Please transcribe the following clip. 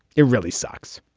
it really sucks